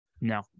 No